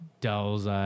doll's